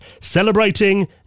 celebrating